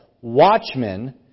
watchmen